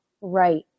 right